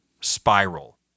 spiral